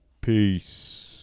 Peace